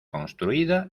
construida